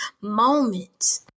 moment